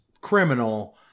criminal